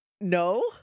No